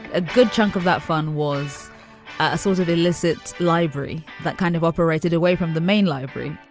a good chunk of that fun was a sort of illicit library that kind of operated away from the main library.